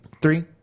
three